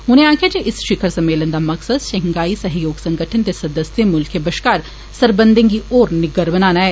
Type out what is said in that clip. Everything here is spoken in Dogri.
उनें आखेआ जे इस शिखर सम्मेलन दा मकसद संघाई सैह्योग संगठन दे सदस्य मुल्खें बश्कार सरबंधें गी होर निग्गर बनाना ऐ